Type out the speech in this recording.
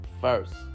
first